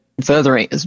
furthering